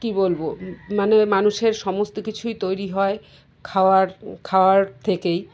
কী বলব মানে মানুষের সমস্ত কিছুই তৈরি হয় খাওয়ার খাওয়ার থেকেই